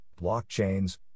blockchains